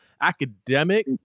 academic